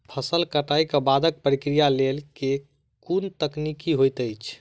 फसल कटाई केँ बादक प्रक्रिया लेल केँ कुन तकनीकी होइत अछि?